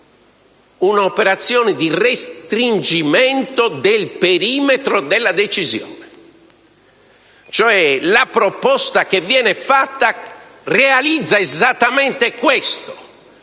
una operazione di restringimento del perimetro della decisione; la proposta che viene fatta, cioè, realizza esattamente questo: